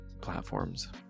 platforms